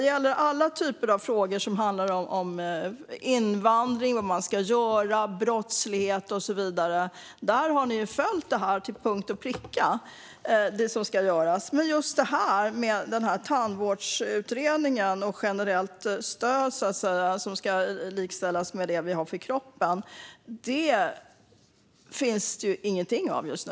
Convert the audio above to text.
I alla frågor som har att göra med invandring, brottslighet och så vidare har ni ju följt det som ska göras till punkt och pricka, Johnny Svedin, men just detta med tandvårdsutredningen och generellt stöd, som ska likställas med det vi har för kroppen, finns det ju ingenting av just nu.